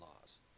laws